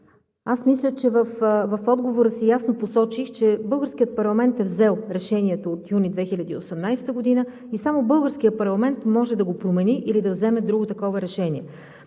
Аз мисля, че в отговорa си ясно посочих, че българският парламент е взел решението от месец юни 2018 г. и само българският парламент може да го промени или да вземе друго такова решение.